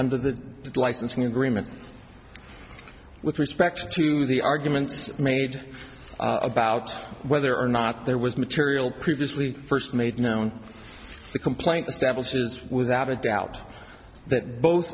under the licensing agreement with respect to the arguments made about whether or not there was material previously first made known the complaint establishes without a doubt that both